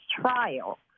trial